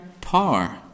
power